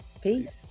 peace